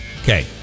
Okay